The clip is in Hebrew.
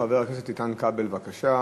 חבר הכנסת איתן כבל, בבקשה.